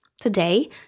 Today